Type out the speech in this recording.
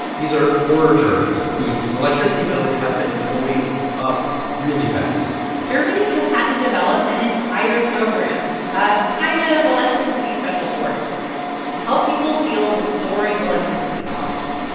these are poorer germans whose electricity bills have been going up really fast germany has had to develop an entire program a kind of electricity special forces to help people deal with soaring electricity costs